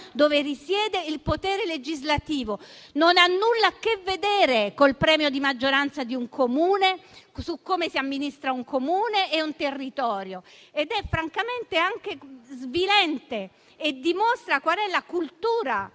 dove risiede il potere legislativo, che non ha nulla a che vedere col premio di maggioranza di un Comune e con come si amministra un Comune ed un territorio. Francamente, è anche svilente e dimostra qual è la cultura